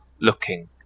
looking